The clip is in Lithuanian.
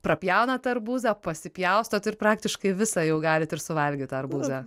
prapjaunat arbūzą pasipjaustot ir praktiškai visą jau galit ir suvalgyt tą arbūzą